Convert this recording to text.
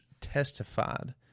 testified